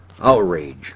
outrage